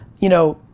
you know,